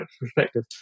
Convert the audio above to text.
perspective